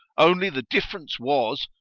only the difference was,